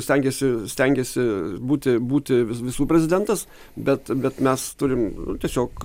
stengiasi stengiasi būti būti visų prezidentas bet bet mes turim tiesiog